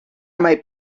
might